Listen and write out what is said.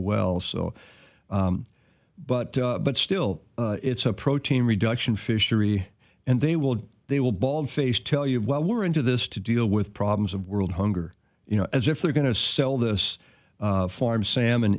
well so but but still it's a protein reduction fishery and they will they will baldfaced tell you well we're into this to deal with problems of world hunger you know as if they're going to sell this farm salmon